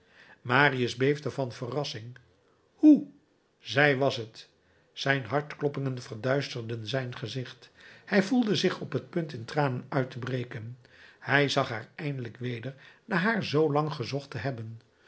marius beefde van verrassing hoe zij was t zijn hartkloppingen verduisterden zijn gezicht hij voelde zich op t punt in tranen uit te breken hij zag haar eindelijk weder na haar zoo lang gezocht te hebben